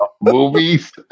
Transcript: movies